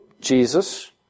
Jesus